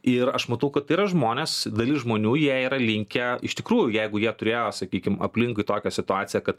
ir aš matau kad tai yra žmonės dalis žmonių jie yra linkę iš tikrųjų jeigu jie turėjo sakykim aplinkui tokią situaciją kad